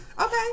Okay